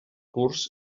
curs